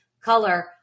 color